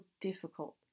difficult